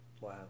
Wow